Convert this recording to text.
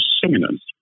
seminars